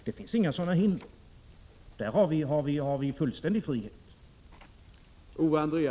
Det finns inga hinder mot det, utan där har vi fullständig frihet.